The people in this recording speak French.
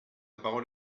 parole